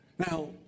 Now